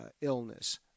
illness